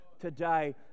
today